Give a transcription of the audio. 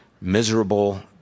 miserable